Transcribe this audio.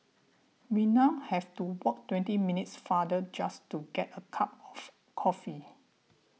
we now have to walk twenty minutes farther just to get a cup of coffee